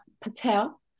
Patel